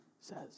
says